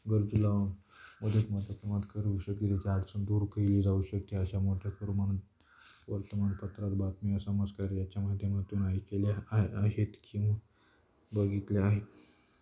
गरजूला मदत मोठ्या प्रमाणात करू शकते त्याच्या अडचण दूर केली जाऊ शकते अशा मोठ्या प्रमाणात वर्तमानपत्रात बातमी समजकार्याच्या माध्यमातून ऐकल्या आ आहेत किंवा बघितल्या आहेत